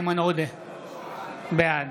בעד